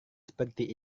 seperti